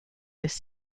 this